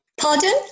Pardon